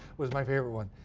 was my favorite one.